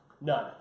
none